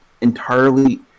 entirely